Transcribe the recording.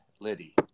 Liddy